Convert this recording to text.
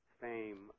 Fame